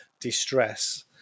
distress